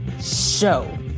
show